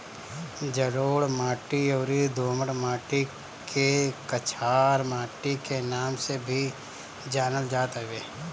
जलोढ़ माटी अउरी दोमट माटी के कछार माटी के नाम से भी जानल जात हवे